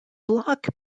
block